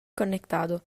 conectado